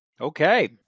Okay